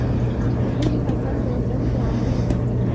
विभिन्न फसल मौसम क्या हैं?